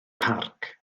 parc